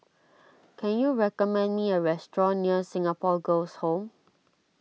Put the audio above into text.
can you recommend me a restaurant near Singapore Girls' Home